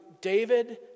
David